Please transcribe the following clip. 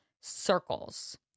circles